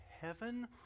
heaven